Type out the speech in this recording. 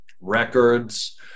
records